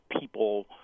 people